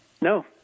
No